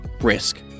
risk